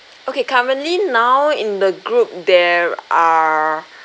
okay currently now in the group there are